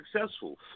successful